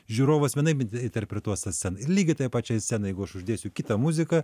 žiūrovas vienaip interpretuos tą sceną lygiai tai pačiai scenai jeigu aš uždėsiu kitą muziką